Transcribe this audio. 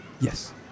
yes